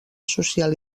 social